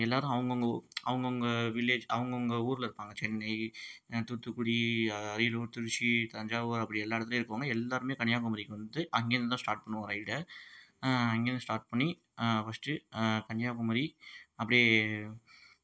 எல்லோரும் அவங்கவுங்க அவங்கவுங்க வில்லேஜ் அவங்கவுங்க ஊரில் இருப்பாங்க சென்னை தூத்துக்குடி அ அரியலூர் திருச்சி தஞ்சாவூர் அப்படி எல்லா இடத்துலையும் இருக்கறவங்க எல்லோருமே கன்னியாகுமரிக்கு வந்து அங்கேயிருந்துந்தான் ஸ்டார்ட் பண்ணுவோம் ரைடை அங்கேயிருந்து ஸ்டார்ட் பண்ணி ஃபஸ்ட்டு கன்னியாகுமரி அப்படியே